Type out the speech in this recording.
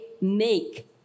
make